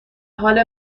حال